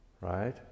Right